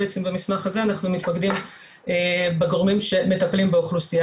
במסמך הזה אנחנו מתמקדים בגורמים שמטפלים באוכלוסייה